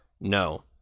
No